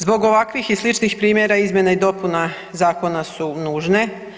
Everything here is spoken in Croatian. Zbog ovakvih i sličnih primjera izmjene i dopune zakona su nužne.